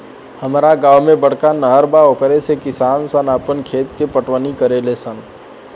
हामरा गांव में बड़का नहर बा ओकरे से किसान सन आपन खेत के पटवनी करेले सन